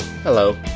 Hello